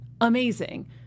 amazing